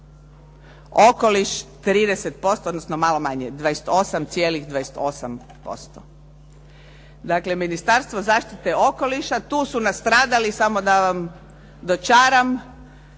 Okoliš 30% odnosno malo manje 28,28%. Dakle, Ministarstvo zaštite okoliša tu su nastradali, samo da vam dočaram,